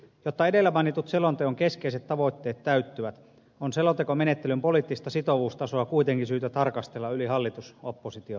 jotta edellä mainitut selonteon keskeiset tavoitteet täyttyvät on selontekomenettelyn poliittista sitovuustasoa kuitenkin syytä tarkastella yli hallitusoppositio rajojen